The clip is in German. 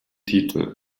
titel